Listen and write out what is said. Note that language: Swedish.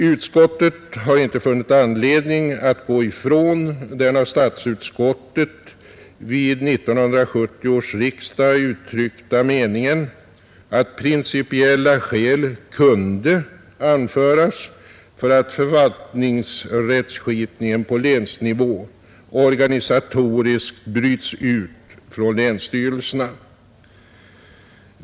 Utskottet har inte funnit anledning att gå ifrån den av statsutskottet vid 1970 års riksdag uttryckta meningen att principiella skäl kunde anföras för att förvaltningsrättskipningen på länsnivå organisatoriskt bryts ut från länsstyrelserna.